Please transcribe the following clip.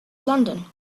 london